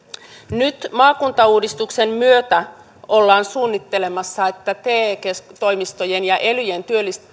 nyt maakuntauudistuksen myötä ollaan suunnittelemassa että te toimistojen ja elyjen